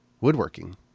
woodworking